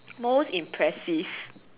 most impressive